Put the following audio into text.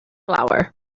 flower